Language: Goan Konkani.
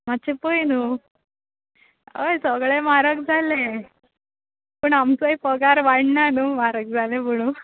मात्शें पळय न्हय हय सगळें म्हारग जालें पूण आमचोय पगार वाण्णा न्हय म्हारग जालें म्हणून